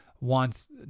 wants